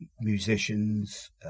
musicians